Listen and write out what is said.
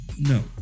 No